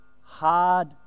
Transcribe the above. hard